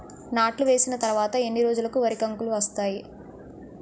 నాట్లు వేసిన తర్వాత ఎన్ని రోజులకు వరి కంకులు వస్తాయి?